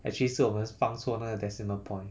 actually 是我们放错那个 decimal point